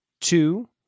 two